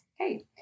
Okay